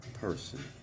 person